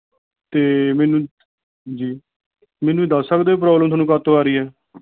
ਅਤੇ ਮੈਨੂੰ ਜੀ ਮੈਨੂੰ ਦੱਸ ਸਕਦੇ ਹੋ ਪ੍ਰੋਬਲਮ ਤੁਹਾਨੂੰ ਕਦ ਤੋਂ ਆ ਰਹੀ ਹੈ